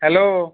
hello